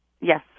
Yes